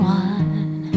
one